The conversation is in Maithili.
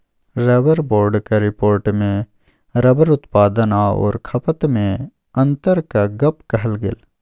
रबर बोर्डक रिपोर्टमे रबर उत्पादन आओर खपतमे अन्तरक गप कहल गेल